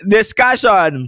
discussion